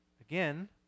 again